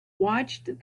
watched